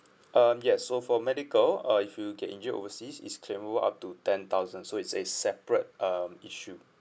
um yes so for medical uh if you get injured overseas is claimable up to ten thousand so is a separate um issue